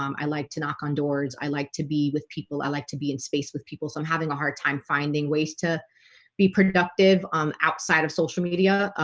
um i like to knock on doors. i like to be with people i like to be in space with people. so i'm having a hard time finding ways to be productive outside of social media,